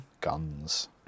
guns